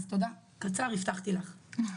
אז תודה, קצר, הבטחתי לך.